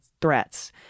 threats